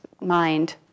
mind